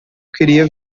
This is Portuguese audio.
queria